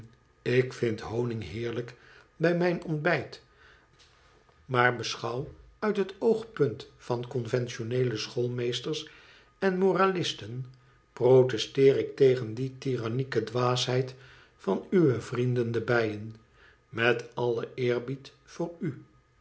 ik vind honig heerlijk bij mijn ontbijt maar beschouwd uit het oogpunt van conventioneele schoolmeesters en moralisten protesteer ik tegen die tirannieke dwaasheid van uwe vrienden de bijen met allen eerbied voor u